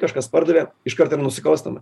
kažkas pardavė iškart ir nusikalstama